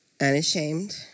unashamed